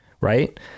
Right